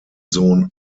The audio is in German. sohn